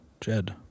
Jed